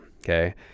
okay